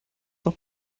noch